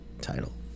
title